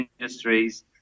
industries